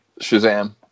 shazam